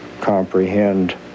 comprehend